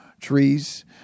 Trees